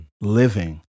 living